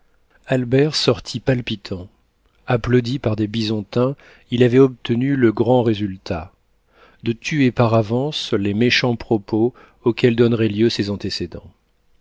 albert sortit palpitant applaudi par des bisontins il avait obtenu le grand résultat de tuer par avance les méchants propos auxquels donneraient lieu ses antécédents